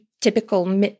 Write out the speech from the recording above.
typical